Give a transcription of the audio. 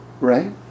Right